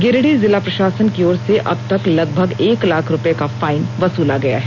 गिरिडीह जिला प्रशासन की ओर से अब तक लगभग एक लाख रुपये का फाइन वसूला गया है